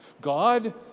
God